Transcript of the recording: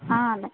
అలాగే